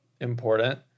important